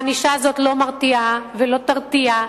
הענישה הזאת לא מרתיעה ולא תרתיע.